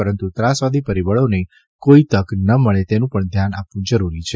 પરંતુ ત્રાસવાદી પરિબળોને કોઇ તક ન મળે તેનું પણ ધ્યાન આપવું જરૂરી છે